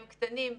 הם קטנים,